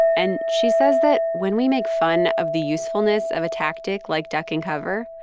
and she says that when we make fun of the usefulness of a tactic like duck and cover,